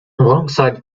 alongside